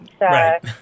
Right